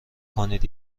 کنید